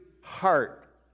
heart